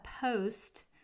post